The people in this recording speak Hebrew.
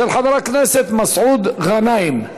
של חבר הכנסת מסעוד גנאים.